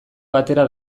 batera